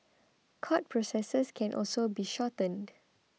court processes can also be shortened